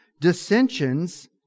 dissensions